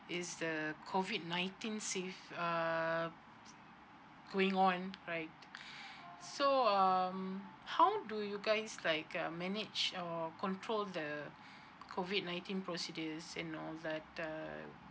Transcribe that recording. it's the COVID nineteen still uh going on right so um how do you guys like uh manage or control the COVID nineteen procedures and all that uh